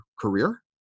career